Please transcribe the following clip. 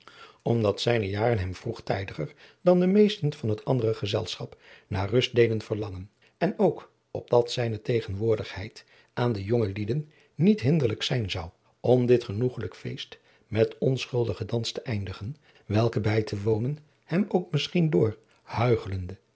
omdat zijne jaren hem vroegtijdiger dan de meesten van het andere gezelschap naar rust deden verlangen en ook opdat zijne tegenwoordigheid aan de jonge lieden niet hinderlijk zijn zou om dit genoegelijk feest met onschuldigen dans te eindigen welken bij te wonen hem ook misschien door huichelende